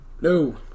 no